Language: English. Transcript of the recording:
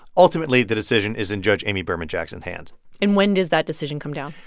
ultimately, the decision is in judge amy berman jackson's hands and when does that decision come down?